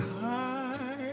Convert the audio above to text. high